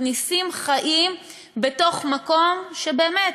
מכניסים חיים לתוך מקום שבאמת,